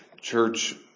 church